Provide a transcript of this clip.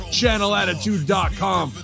channelattitude.com